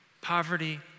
poverty